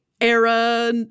era